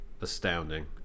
astounding